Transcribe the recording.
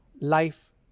Life